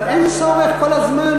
אבל אין צורך כל הזמן,